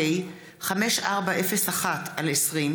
פ/5400/20 וכלה בהצעת חוק פ/5434/20: